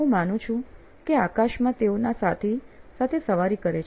હું માનું છું કે આકાશમાં તેઓના સાથી સાથે સવારી કરે છે